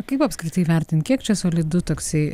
kaip apskritai vertint kiek čia solidu taksi